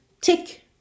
tick